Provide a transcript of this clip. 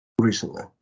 recently